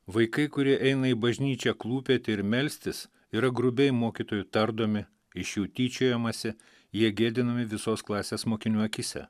vaikai kurie eina į bažnyčią klūpėti ir melstis yra grubiai mokytojų tardomi iš jų tyčiojamasi jie gėdinami visos klasės mokinių akyse